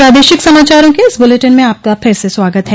प्रादेशिक समाचारों के इस बुलेटिन में आपका फिर से स्वागत है